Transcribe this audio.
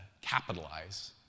capitalize